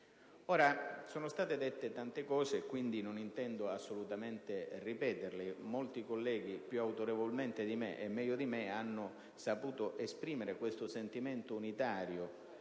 Sono state dette tante cose, che non intendo assolutamente ripetere. Molti colleghi, più autorevolmente e meglio di me, hanno saputo esprimere un sentimento unitario